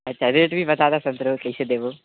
अच्छा रेट भी बता दऽ सन्तरोके कैसे देबू